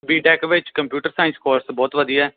B tech ਵਿੱਚ ਵਿੱਚ computer science course ਬਹੁਤ ਵਧੀਆ